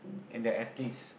and their athletes